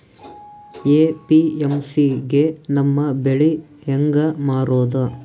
APMC ಗೆ ನಮ್ಮ ಬೆಳಿ ಹೆಂಗ ಮಾರೊದ?